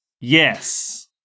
Yes